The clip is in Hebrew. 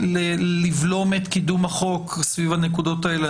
לבלום את קידום החוק סביב הנקודות האלה.